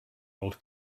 old